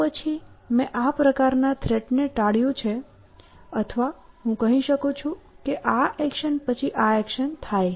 તો પછી મેં આ પ્રકાર ના થ્રેટ ને ટાળ્યું છે અથવા હું કહી શકું છું કે આ એક્શન પછી આ એક્શન થાય